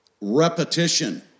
repetition